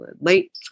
late